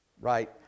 Right